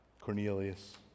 Cornelius